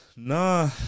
Nah